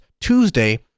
Tuesday